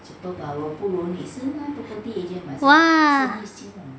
!wah!